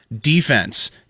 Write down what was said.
defense